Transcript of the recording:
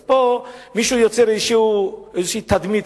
אז פה מישהו יוצר איזו תדמית,